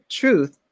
truth